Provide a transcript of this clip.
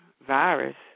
virus